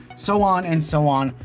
so on and so on,